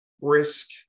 risk